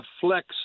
Flex